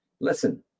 Listen